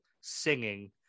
singing